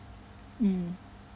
mm